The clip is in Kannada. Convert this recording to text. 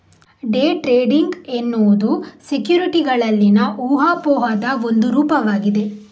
ಡೇ ಟ್ರೇಡಿಂಗ್ ಎನ್ನುವುದು ಸೆಕ್ಯುರಿಟಿಗಳಲ್ಲಿನ ಊಹಾಪೋಹದ ಒಂದು ರೂಪವಾಗಿದೆ